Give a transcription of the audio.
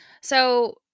So-